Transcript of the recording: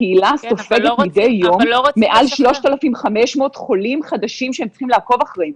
הקהילה סופגת מדי יום מעל 3,500 חולים חדשים שהם צריכים לעקוב אחריהם.